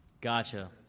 Gotcha